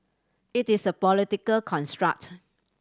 it is a political construct